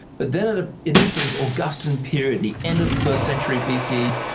but then ah in this augustan period, the end of the first century bc,